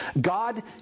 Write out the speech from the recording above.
God